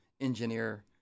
engineer